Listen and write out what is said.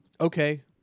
Okay